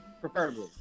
Preferably